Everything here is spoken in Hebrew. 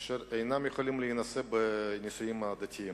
אשר אינם יכולים להינשא בנישואים הדתיים.